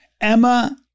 Emma